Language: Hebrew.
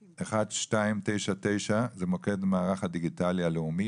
1299 - זה מוקד מערך הדיגיטל הלאומי,